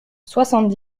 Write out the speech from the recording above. soixante